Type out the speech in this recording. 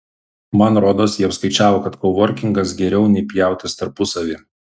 man rodos jie apskaičiavo kad kovorkingas geriau nei pjautis tarpusavy